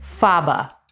Faba